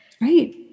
Right